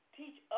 teach